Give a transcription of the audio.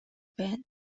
байна